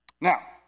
Now